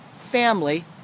family